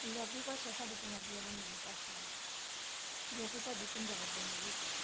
ਪੰਜਾਬੀ ਭਾਸ਼ਾ ਸਾਡੀ ਪੰਜਾਬੀਆਂ ਦੀ ਮੇਨ ਭਾਸ਼ਾ ਹੈ ਜੋ ਕਿ ਸਾਡੀ ਪੰਜਾਬ ਬੋਲੀ ਹੈਗੀ ਹੈ